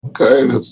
Okay